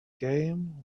game